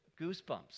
goosebumps